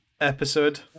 episode